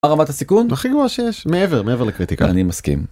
‫הרמת הסיכון? ‫-הכי גבוהה שיש, מעבר לקריטיקל. ‫-אני מסכים.